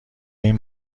این